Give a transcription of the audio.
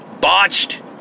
botched